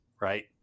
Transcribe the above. right